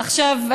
עכשיו,